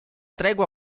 tregua